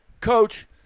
Coach